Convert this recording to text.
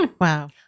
Wow